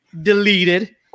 deleted